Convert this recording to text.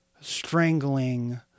strangling